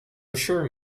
assure